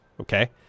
okay